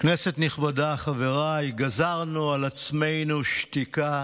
כנסת נכבדה, חבריי, גזרנו על עצמנו שתיקה